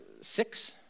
six